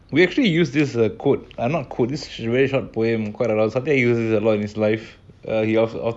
உன்னநம்பும்உறுப்புக்கள்கூடஒருநாள்உன்னைகைவிடுமே:unnai nambum urupugal kooda orunaal unnai kaividume